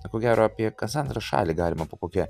ko gero apie kas antrą šalį galima kokia